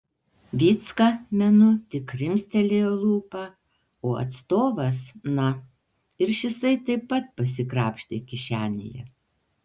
vycka menu tik krimstelėjo lūpą o atstovas na ir šisai taip pat pasikrapštė kišenėje